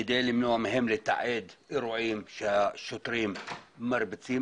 כדי למנוע מהם לתעד אירועים שהשוטרים מרביצים.